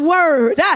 Word